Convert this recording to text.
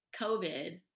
COVID